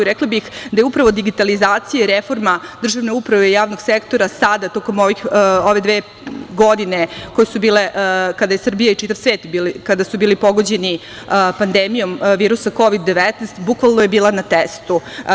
Rekla bih da je upravo digitalizacija i reforma državne uprave i javnog sektora sada tokom ove dve godine koje su bile kada je Srbija i čitav svet, kada su bili pogođeni pandemijom virosom Kovdi-19, bukvalno je bila na testu.